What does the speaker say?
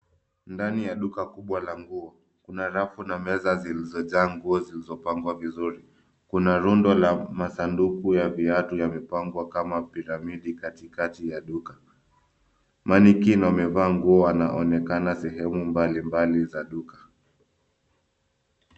Ndani ya duka kubwa la nguo, kuna rafu na meza zilizojaa nguo zilizopangwa vizuri. Kuna rundo la masanduku ya viatu yamepangwa kama pyramidi katikati ya duka. Mannequin wamevaa nguo wanaonekana sehemu mbali mbali za duka.